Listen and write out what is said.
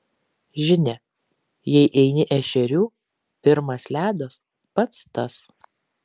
žinia jei eini ešerių pirmas ledas pats tas